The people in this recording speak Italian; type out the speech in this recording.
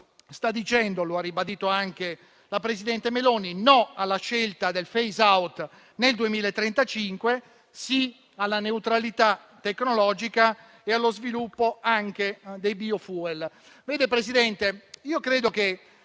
in Europa, come ha ribadito anche la presidente Meloni, sta dicendo no alla scelta del *phaseout* nel 2035, sì alla neutralità tecnologica e allo sviluppo anche dei *biofuel*. Vede, Presidente, io credo che